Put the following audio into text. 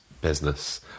business